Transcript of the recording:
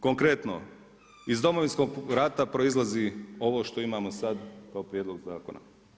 Konkretno, iz Domovinskog rata proizlazi ovo što imamo sad kao prijedlog zakona.